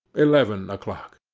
eleven o'clock.